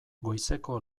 goizeko